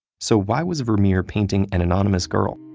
so why was vermeer painting an anonymous girl?